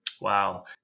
Wow